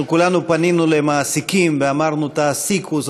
אנחנו כולנו פנינו למעסיקים ואמרנו: תעסיקו,